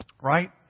right